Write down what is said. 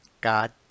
God